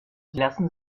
lassen